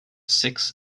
six